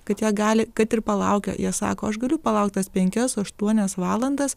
kad jie gali kad ir palaukę jie sako aš galiu palaukti tas penkias aštuonias valandas